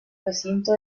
recinto